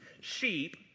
sheep